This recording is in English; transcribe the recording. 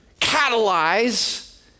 catalyze